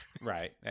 Right